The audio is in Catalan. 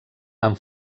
amb